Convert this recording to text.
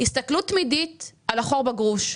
הסתכלות תמידית על החור בגרוש.